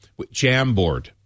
Jamboard